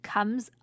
Comes